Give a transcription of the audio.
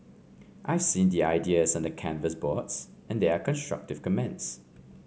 I see the ideas on the canvas boards and there are constructive comments